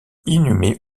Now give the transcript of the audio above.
inhumé